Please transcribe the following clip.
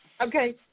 Okay